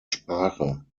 sprache